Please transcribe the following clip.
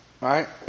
right